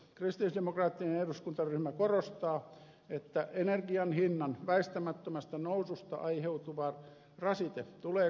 kristillisdemokraattinen eduskuntaryhmä korostaa että energian hinnan väistämättömästä noususta aiheutuva rasite tulee kohdentaa oikeudenmukaisesti